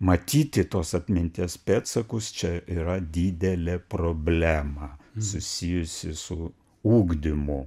matyti tos atminties pėdsakus čia tai yra didelė problema susijusi su ugdymu